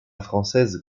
française